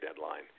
deadline